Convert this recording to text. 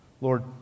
Lord